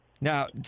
Now